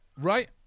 Right